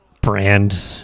brand